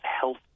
health